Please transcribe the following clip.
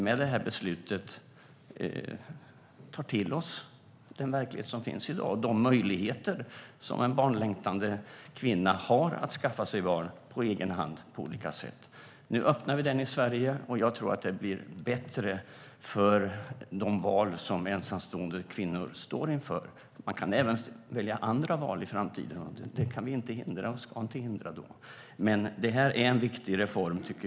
Med det här beslutet tar vi till oss den verklighet som finns i dag och de möjligheter som en barnlängtande kvinna har för att skaffa barn på egen hand. Nu öppnar vi för det i Sverige. Jag tror att det blir bättre för de val som ensamstående kvinnor står inför. Man kan göra andra val även i framtiden. Det kan vi inte hindra, och vi ska inte hindra det. Men det här är en viktig reform.